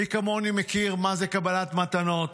מי כמוני מכיר מה זה קבלת מתנות.